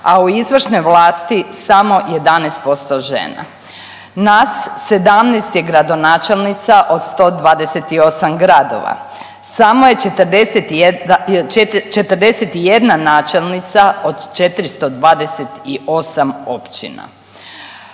a u izvršnoj vlasti samo 11% žena. Nas 17 je gradonačelnica od 128 gradova, samo je 41 načelnica od 428 općina.